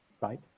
Right